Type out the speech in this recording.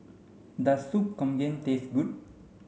does Sop Kambing taste good